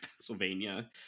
Pennsylvania